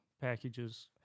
packages